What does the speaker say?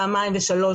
פעמיים ושלוש,